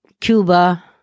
Cuba